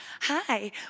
Hi